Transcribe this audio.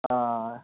हय